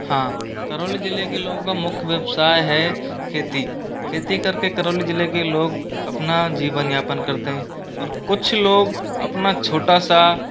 हाँ करौली जिले के लोगों का मुख्य व्यवसाय है खेती खेती करके करौली जिले के लोग अपना जीवन यापन करते हैं और कुछ लोग अपना छोटा सा